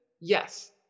Yes